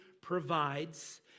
provides